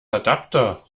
adapter